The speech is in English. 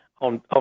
on